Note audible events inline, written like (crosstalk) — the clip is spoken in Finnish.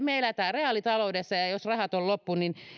(unintelligible) me elämme reaalitaloudessa ja ja jos rahat ovat loppu niin